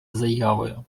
заявою